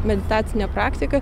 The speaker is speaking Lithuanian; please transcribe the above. meditacinė praktika